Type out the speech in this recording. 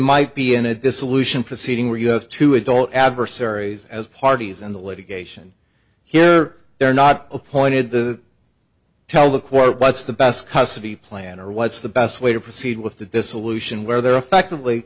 might be in a dissolution proceeding where you have two adult adversaries as parties in the litigation here they're not appointed the tell the court what's the best custody plan or what's the best way to proceed with the dissolution where they're effect